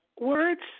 words